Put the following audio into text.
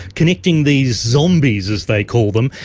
connecting these zombies, as they call them,